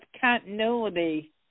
continuity